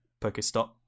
Pokestop